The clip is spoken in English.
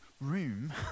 room